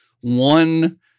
one